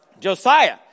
Josiah